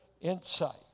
insight